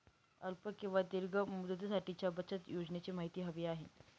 अल्प किंवा दीर्घ मुदतीसाठीच्या बचत योजनेची माहिती हवी आहे